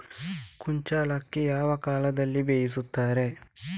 ಕುಚ್ಚಲಕ್ಕಿ ಯಾವ ಕಾಲದಲ್ಲಿ ಬೆಳೆಸುತ್ತಾರೆ?